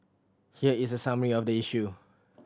here is a summary of the issue